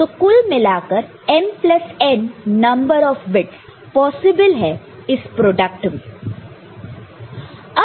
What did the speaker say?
तो कुल मिलाकर m plus n number of bits possible है इस प्रोडक्ट में